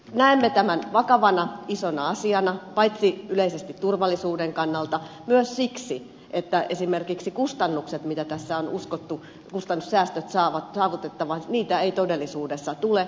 näemme tämän isona ja vakavana asiana paitsi yleisesti turvallisuuden kannalta myös siksi että esimerkiksi kustannussäästöjä mitä tässä on uskottu saavutettavan ei todellisuudessa tule